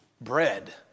bread